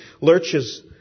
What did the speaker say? lurches